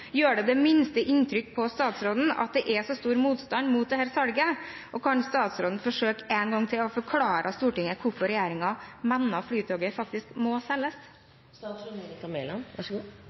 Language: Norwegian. Gjør det det minste inntrykk på statsråden at det er så stor motstand mot dette salget? Og kan statsråden forsøke en gang til å forklare Stortinget hvorfor regjeringen mener at Flytoget faktisk må selges? Jeg mener at det er bra med en god